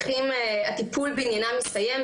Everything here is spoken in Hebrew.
הטיפול בעניינם הסתיים,